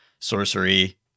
sorcery